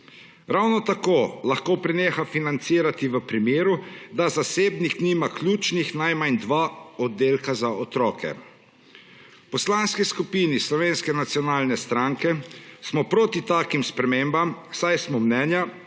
Ravno tako lahko preneha financirati v primeru, da zasebnik nima ključnih najmanj dva oddelka za otroke. V Poslanski skupini Slovenske nacionalne stranke smo proti takim spremembam, saj smo mnenja,